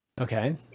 Okay